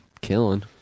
killing